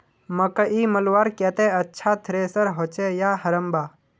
मकई मलवार केते अच्छा थरेसर होचे या हरम्बा?